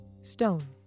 Stone